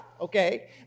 okay